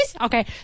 Okay